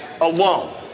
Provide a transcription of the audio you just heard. alone